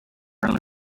own